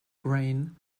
grain